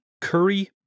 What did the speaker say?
Curry